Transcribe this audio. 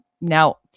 Now